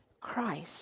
Christ